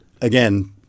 again